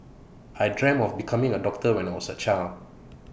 I dreamt of becoming A doctor when I was A child